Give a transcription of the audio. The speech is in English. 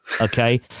okay